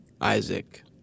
Isaac